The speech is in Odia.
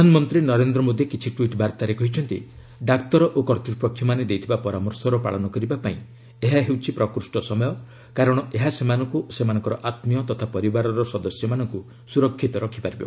ପ୍ରଧାନମନ୍ତ୍ରୀ ନରେନ୍ଦ୍ର ମୋଦୀ କିଛି ଟ୍ୱିଟ୍ ବାର୍ତ୍ତାରେ କହିଛନ୍ତି ଡାକ୍ତର ଓ କର୍ତ୍ତୃପକ୍ଷମାନେ ଦେଇଥିବା ପରାମର୍ଶର ପାଳନ କରିବା ପାଇଁ ଏହା ହେଉଛି ପ୍ରକୃଷ୍ଟ ସମୟ କାରଣ ଏହା ସେମାନଙ୍କୁ ଓ ସେମାନଙ୍କର ଆତ୍କୀୟ ତଥା ପରିବାରର ସଦସ୍ୟମାନଙ୍କୁ ସୁରକ୍ଷିତ ରଖିପାରିବ